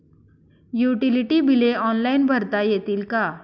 Utility बिले online भरता येतील का?